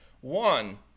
One